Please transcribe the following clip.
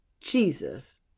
Jesus